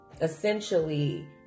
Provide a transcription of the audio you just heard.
essentially